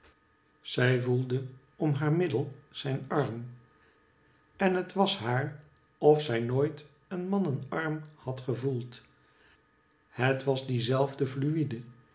zij voelde om haar middel zijn arm en het was haar of zij nooit een mannen arm had gevoeld het was die zelfde fluide